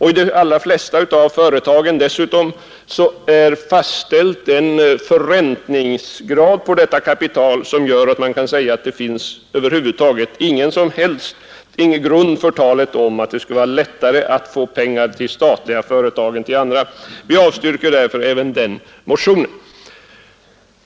I de allra flesta av dessa företag är en förräntningsgrad fastställd, vilket gör att det inte finns någon som helst grund för talet att det är lättare att få pengar till statliga företag än till andra. Vi avstyrker därför även den motionen.